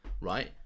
right